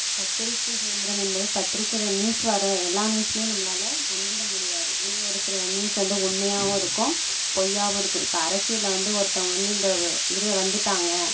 பத்திரிகை சுதந்திரம் என்பது பத்திரிக்கையில நியூஸ் வர எல்லா நியூஸுமே நம்மளால் நம்பிவிட முடியாது ஏன்னால் ஒரு சில நியூஸ் வந்து உண்மையாகவும் இருக்கும் பொய்யாகவும் இருக்கும் இப்போ அரசியலில் வந்து ஒருத்தவங்க வந்து இந்த இதில் வந்துவிட்டாங்க